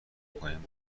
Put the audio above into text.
میکنیم